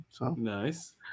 Nice